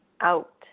out